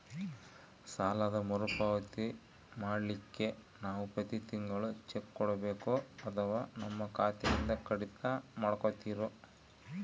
ಸಾಲದ ಮರುಪಾವತಿ ಮಾಡ್ಲಿಕ್ಕೆ ನಾವು ಪ್ರತಿ ತಿಂಗಳು ಚೆಕ್ಕು ಕೊಡಬೇಕೋ ಅಥವಾ ನಮ್ಮ ಖಾತೆಯಿಂದನೆ ಕಡಿತ ಮಾಡ್ಕೊತಿರೋ?